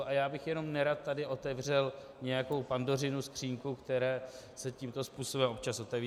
A já bych jenom nerad tady otevřel nějakou Pandořinu skříňku, které se tímto způsobem občas otevírají.